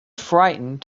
frightened